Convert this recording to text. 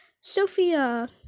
Sophia